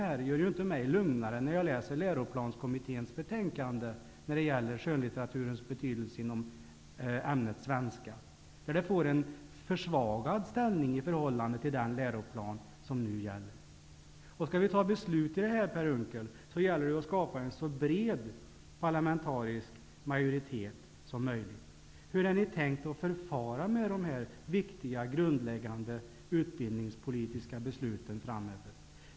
Jag blir ju inte lugnare när jag läser Det får en försvagad ställning i förhållande till den läroplan som nu gäller. Om vi skall fatta beslut om det här, Per Unckel, gäller det att skapa en så bred parlamentarisk majoritet som möjligt. Hur har ni tänkt att förfara med dessa viktiga grundläggande utbildningspolitiska beslut?